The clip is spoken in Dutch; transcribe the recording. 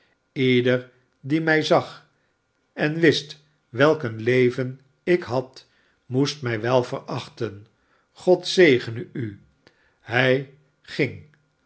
ieder die mij zag en wist welk een leven ik had moest mij wel verachten god zegeneu hij ging